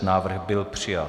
Návrh byl přijat.